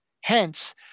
Hence